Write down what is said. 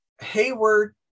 Hayward